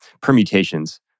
permutations